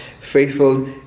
faithful